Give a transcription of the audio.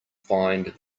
find